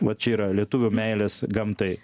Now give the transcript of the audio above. va čia yra lietuvių meilės gamtai